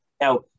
now